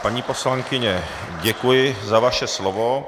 Paní poslankyně, děkuji za vaše slova.